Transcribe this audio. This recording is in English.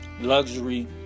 luxury